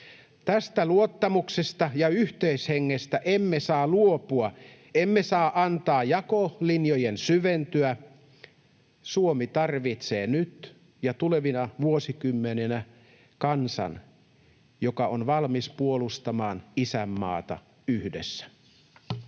Tästä luottamuksesta ja yhteishengestä emme saa luopua, emme saa antaa jakolinjojen syventyä. Suomi tarvitsee nyt ja tulevina vuosikymmeninä kansan, joka on valmis puolustamaan isänmaata yhdessä. [Speech